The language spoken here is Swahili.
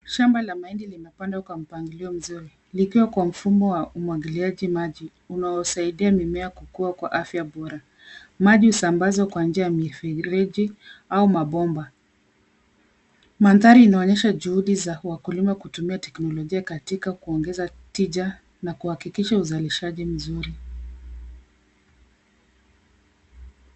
Shamba la mahindi limepandwa kwa mpangilio mzuri. Likiwa kwa mfumo wa umwagiliaji maji unaosaidia mimea kukua kwa afya bora. Maji husambazwa kwa njia ya mifereji au mabomba. Mandhari inaonyesha juhudi za wakulima kutumia teknolojia katika kuongeza tija na kuhakikisha uzalishaji mzuri.